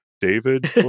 David